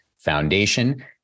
Foundation